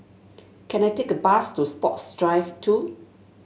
can I take a bus to Sports Drive Two